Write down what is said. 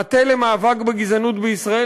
המטה למאבק בגזענות בישראל,